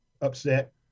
upset